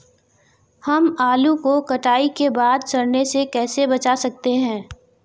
हम आलू को कटाई के बाद सड़ने से कैसे बचा सकते हैं?